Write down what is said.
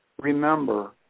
Remember